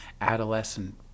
adolescent